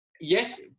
yes